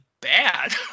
bad